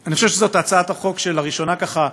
אני חושב שזאת הצעת החוק שלראשונה ככה,